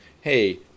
hey